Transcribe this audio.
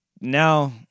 Now